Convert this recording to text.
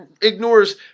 ignores